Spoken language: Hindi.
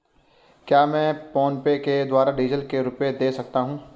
क्या मैं फोनपे के द्वारा डीज़ल के रुपए दे सकता हूं?